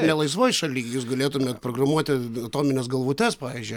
nelaisvoj šaly jūs galėtumėt programuoti atomines galvutes pavyzdžiui